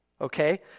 Okay